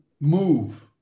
move